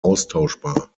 austauschbar